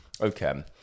Okay